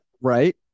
Right